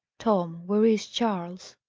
tom, where is charles?